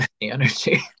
energy